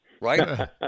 right